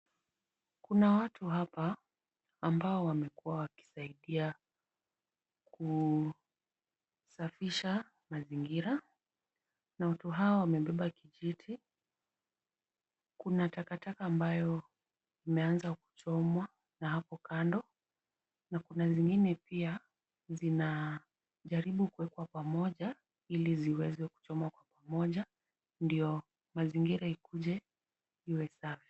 Kuna watu hapa ambao wamekuwa wakisaidia kusafisha mazingira, na watu hawa wamebeba kijiti, kuna takataka ambayo imeanza kuchomwa na hapo kando, na kuna zingine pia zinajaribu kuwekwa pamoja ili ziweze kuchomwa kwa pamoja ndio mazingira ikuje iwe safi.